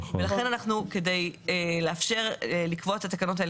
ולכן אנחנו כדי לאפשר לקבוע את התקנות האלה